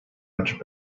much